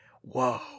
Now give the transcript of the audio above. Whoa